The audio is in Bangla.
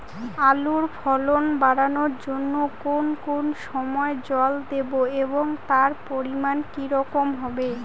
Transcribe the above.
আলুর ফলন বাড়ানোর জন্য কোন কোন সময় জল দেব এবং তার পরিমান কি রকম হবে?